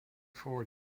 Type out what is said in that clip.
four